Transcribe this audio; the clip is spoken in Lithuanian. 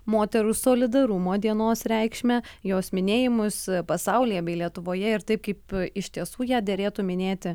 moterų solidarumo dienos reikšmę jos minėjimus pasaulyje bei lietuvoje ir taip kaip iš tiesų ją derėtų minėti